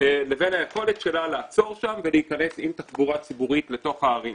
לבין היכולת שלה לעצור שם ולהיכנס עם תחבורה ציבורית לתוך הערים.